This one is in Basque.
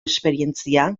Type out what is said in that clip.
esperientzia